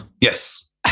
Yes